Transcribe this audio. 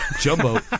Jumbo